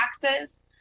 taxes